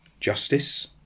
Justice